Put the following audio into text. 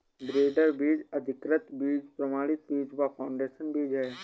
breeder बीज, अधिकृत बीज, प्रमाणित बीज व फाउंडेशन बीज है